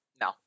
No